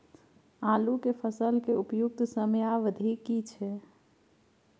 आलू के फसल के उपयुक्त समयावधि की छै?